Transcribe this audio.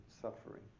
suffering